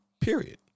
Period